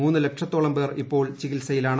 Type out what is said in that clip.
മൂന്ന് ലക്ഷത്തോളം പേർ ഇപ്പോൾ ചികിത്സയിലാണ്